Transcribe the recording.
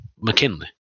McKinley